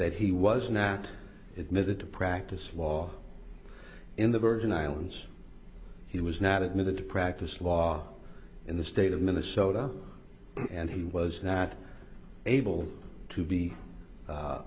that he was now that it needed to practice law in the virgin islands he was not admitted to practice law in the state of minnesota and he was not able to be